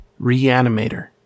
Reanimator